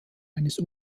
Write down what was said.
eines